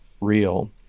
real